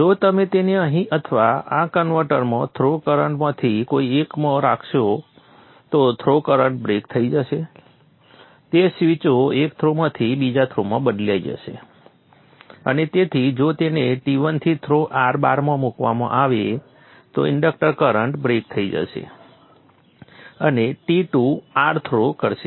જો તમે તેને અહીં અથવા આ કન્વર્ટરમાં થ્રો કરન્ટમાંથી કોઈ એકમાં રાખશો તો થ્રો કરન્ટ બ્રેક થઈ જશે તે સ્વીચો એક થ્રોમાંથી બીજા થ્રોમાં બદલાઈ જશે અને તેથી જો તેને T1 થ્રો R બારમાં મૂકવામાં આવે તો ઈન્ડક્ટર કરન્ટ બ્રેક થઈ જશે અને T2 R થ્રો કરશે